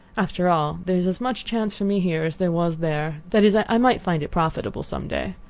after all there is as much chance for me here as there was there that is, i might find it profitable some day.